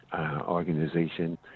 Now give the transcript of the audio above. organization